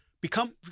become